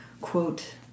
quote